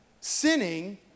sinning